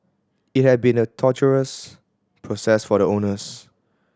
it had been a torturous process for the owners